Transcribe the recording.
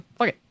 Okay